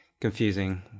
confusing